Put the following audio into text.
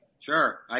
Sure